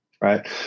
right